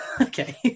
okay